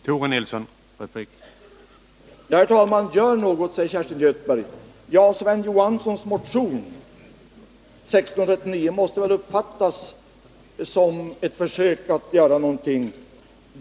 Herr talman! Gör någonting! säger Kerstin Göthberg. Och motion 1639 av Sven Johansson m.fl. måste väl uppfattas som ett försök att göra någonting.